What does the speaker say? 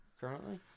currently